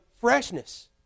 freshness